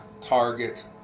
target